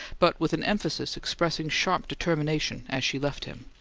but with an emphasis expressing sharp determination as she left him.